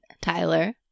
Tyler